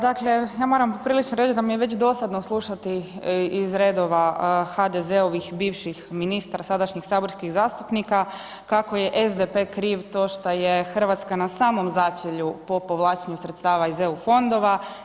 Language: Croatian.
Dakle, ja moram poprilično reći da mi je već dosadno slušati iz redova HDZ-ovih bivših ministara, a sadašnjih saborskih zastupnika kako je SDP kriv to što je Hrvatska na samom začelju po povlačenju sredstava iz EU fondova.